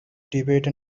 debate